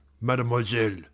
mademoiselle